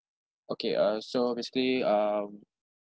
okay uh so basically um